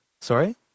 sorry